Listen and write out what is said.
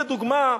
לדוגמה,